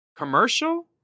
Commercial